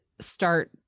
start